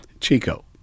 Chico